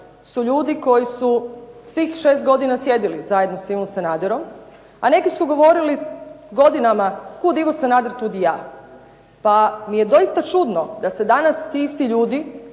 su ljudi koji su svih šest godina sjedili zajedno sa Ivom Sanaderom, a neki su govorili godinama "kud Ivo Sanader tud i ja". Pa mi je doista čudno da se danas ti isti ljudi